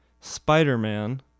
spider-man